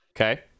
Okay